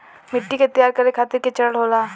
मिट्टी के तैयार करें खातिर के चरण होला?